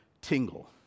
tingle